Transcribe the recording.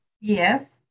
Yes